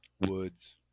Woods